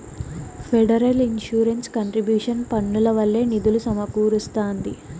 federal insurance contribution పన్నుల వల్లే నిధులు సమకూరస్తాంది